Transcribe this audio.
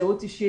זהות אישית,